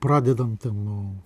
pradedant ten nuo